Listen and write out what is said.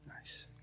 Nice